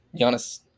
Giannis